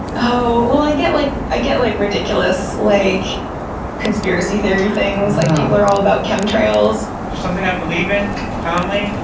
oh, well i get like i get like ridiculous like conspiracy theory things. like people are all about chemtrails. spacey there's something i believe in, calmly,